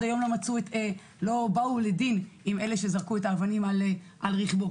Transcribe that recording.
עד היום לא באו לדין אלה שזרקו את האבנים על רכבו.